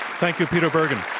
thank you, peter bergen.